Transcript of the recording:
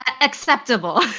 acceptable